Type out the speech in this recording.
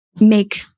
make